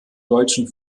deutschen